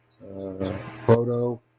Photo